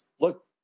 look